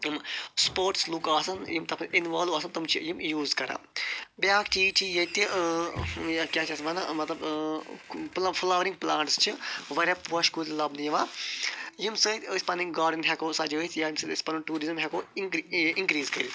یِم سپوٹس لُکھ آسَن یم تتھ مَنٛز اِنوالٕو آسَن تِم چھِ یم یوٗز کَران بیاکھ چیٖز چھِ ییٚتہِ یا کیاہ چھِ اتھ ونان پلا فلورِنٛگ پٕلانٛٹٕس چھِ واریاہ پوشہِ کُلۍ لبنہٕ یِوان یِم سٲنۍ أسۍ پَنٕنۍ گارڈن ہٮ۪کو سَجٲیِتھ یا ییٚمہِ سۭتۍ أسۍ پَنُن ٹوٗرِزِم ہیٚکو اِنکریٖز کٔرِتھ